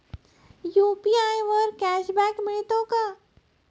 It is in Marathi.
यु.पी.आय वर कॅशबॅक मिळतो का?